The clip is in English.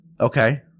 Okay